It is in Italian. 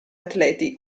atleti